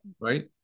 Right